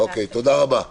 תודה רבה.